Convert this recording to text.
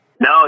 No